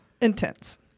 intense